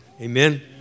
Amen